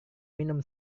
minum